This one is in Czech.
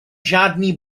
žádný